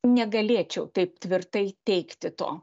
negalėčiau taip tvirtai teigti to